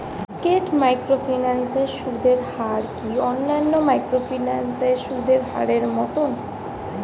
স্কেট microfinance এর সুদের হার কি অন্যান্য মাইক্রোফিন্যান্স এর সুদের হারের মতন?